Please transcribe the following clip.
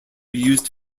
used